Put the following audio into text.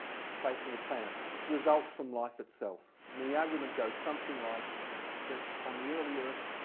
of the face of the planet result from life itself. and the argument goes something like that on the early earth,